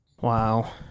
Wow